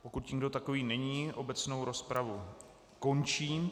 Pokud nikdo takový není, obecnou rozpravu končím.